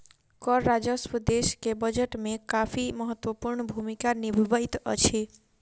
कर राजस्व देश के बजट में काफी महत्वपूर्ण भूमिका निभबैत अछि